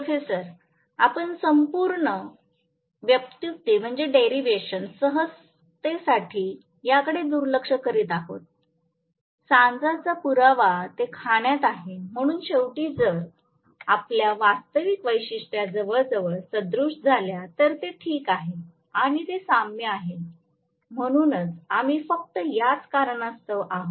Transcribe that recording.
professor आपण संपूर्ण व्युत्पत्ती सहजतेसाठी याकडे दुर्लक्ष करीत आहोत सांजाचा पुरावा ते खाण्यात आहे म्हणून शेवटी जर आपल्या वास्तविक वैशिष्ट्या जवळजवळ सदृश झाल्या तर ते ठीक आहे आणि ते साम्य आहे म्हणूनच आम्ही फक्त याच कारणास्तव आहोत